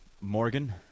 Morgan